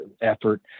effort